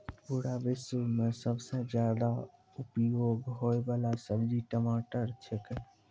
पूरा विश्व मॅ सबसॅ ज्यादा उपयोग होयवाला सब्जी टमाटर छेकै